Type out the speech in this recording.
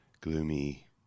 gloomy